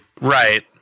Right